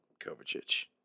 Kovacic